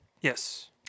yes